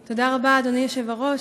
תודה, אדוני היושב-ראש.